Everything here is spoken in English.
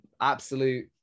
Absolute